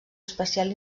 espacial